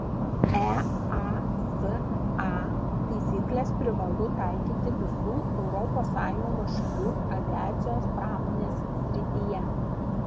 easa taisykles privalu taikyti visų europos sąjungos šalių aviacijos pramonės srityje